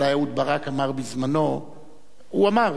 אהוד ברק, הוא לא נהרס.